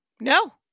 No